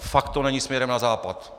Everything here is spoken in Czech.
Fakt to není směrem na západ.